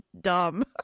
dumb